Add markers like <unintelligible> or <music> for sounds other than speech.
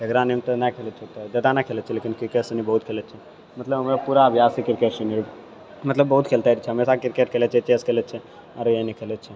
<unintelligible> अहिना खेलय छियै तऽ ज्यादा नहि खेलय छियै लेकिन क्रिकेट सनी बहुत खेलय छियै मतलब हमरा पूरा अभ्यास छै क्रिकेट सुनी मतलब बहुत खेलते रहय छियै हमेशा क्रिकेट खेलय छियै चेस खेलय छियै आरो खेलय छियै